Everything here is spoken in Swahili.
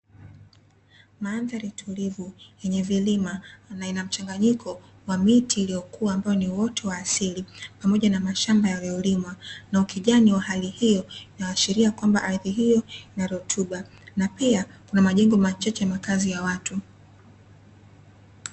Mandhari tulivu yenye vilima na ina mchanganyiko wa miti iliyokua ambayo ni uoto wa asili, pamoja na mashamba yaliyo limwa na ukijani wa aina hiyo inaashiria kuwa eneo hilo lina rutuba, na pia kuna majengo machache ya makazi ya watu.